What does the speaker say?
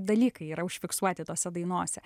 dalykai yra užfiksuoti tose dainose